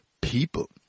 people